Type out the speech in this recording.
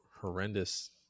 horrendous